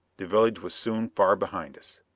the village was soon far behind us.